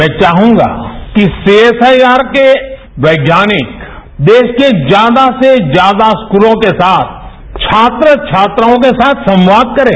मैं चाहूंगा कि सीएसआईआर वैज्ञानिक देश के ज्यादा से ज्यादा स्कूलों के साथ छात्र छात्राओं के साथ संवाद करें